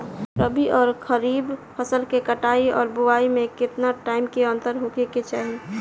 रबी आउर खरीफ फसल के कटाई और बोआई मे केतना टाइम के अंतर होखे के चाही?